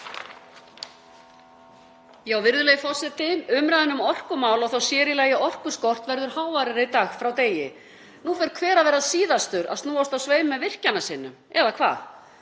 Virðulegur forseti. Umræðan um orkumál, og þá sér í lagi orkuskort, verður háværari dag frá degi. Nú fer hver að verða síðastur að snúast á sveif með virkjunarsinnum — eða hvað?